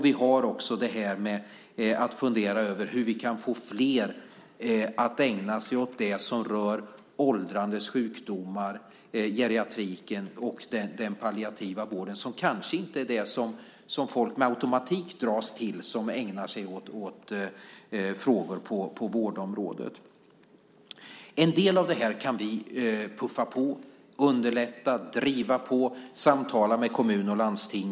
Vi ska också fundera över hur vi kan få flera att ägna sig åt det som rör åldrandets sjukdomar, geriatriken, och den palliativa vården, som kanske inte är det som folk som ägnar sig åt frågor på vårdområdet med automatik dras till. I fråga om en del av detta kan vi puffa på, underlätta, driva på och samtala med kommuner och landsting.